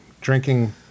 drinking